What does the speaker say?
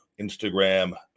Instagram